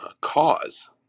cause